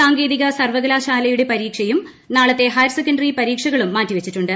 സാങ്കേതിക സർവകലാശാലയുടെ പരീക്ഷയും നാളത്തെ ഹയർസെക്കന്ററിപരീക്ഷകളും മാറ്റിവെച്ചിട്ടുണ്ട്